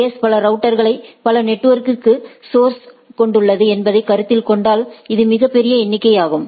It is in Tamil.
எஸ் பல ரவுட்டர்களை பல நெட்வொர்க்கு ஸோர்ஸ்களை கொண்டுள்ளது என்பதைக் கருத்தில் கொண்டாள் இது மிகப் பெரிய எண்ணிக்கையாகும்